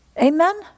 Amen